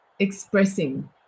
expressing